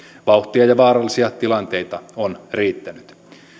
vauhtia ja vaarallisia tilanteita on riittänyt